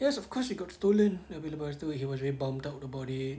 yes of course it got stolen abeh lepastu he was really bummed out about it